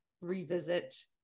revisit